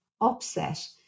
upset